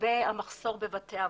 לגבי המחסור בבתי אבות?